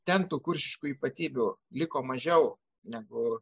ten tų kuršiškų ypatybių liko mažiau negu